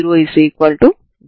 మనం దీన్ని ఎలా చేస్తాము